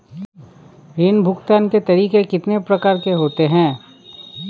ऋण भुगतान के तरीके कितनी प्रकार के होते हैं?